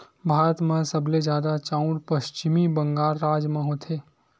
भारत म सबले जादा चाँउर पस्चिम बंगाल राज म होथे